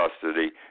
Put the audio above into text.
custody